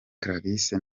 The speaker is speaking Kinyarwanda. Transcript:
clarisse